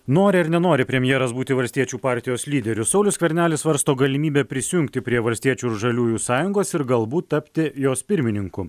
nori ar nenori premjeras būti valstiečių partijos lyderiu saulius skvernelis svarsto galimybę prisijungti prie valstiečių ir žaliųjų sąjungos ir galbūt tapti jos pirmininku